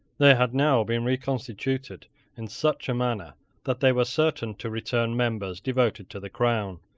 they had now been reconstituted in such a manner that they were certain to return members devoted to the crown.